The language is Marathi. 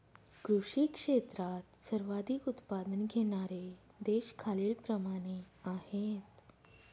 कृषी क्षेत्रात सर्वाधिक उत्पादन घेणारे देश खालीलप्रमाणे आहेत